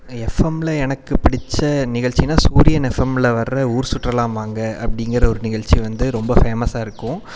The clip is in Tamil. எஃப்எம்ல எனக்கு பிடிச்ச நிகழ்ச்சின்னால் சூரியன் எஃப்எம்ல வர ஊர் சுற்றலாம் வாங்க அப்படிங்கற ஒரு நிகழ்ச்சி வந்து ரொம்ப ஃபேமஸாக இருக்கும்